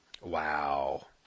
Wow